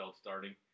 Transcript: starting